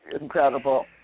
incredible